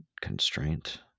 Constraint